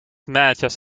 managers